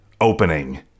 opening